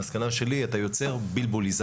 מסקנה שלי אתה יוצר "בלבוליזציה".